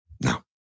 No